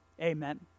Amen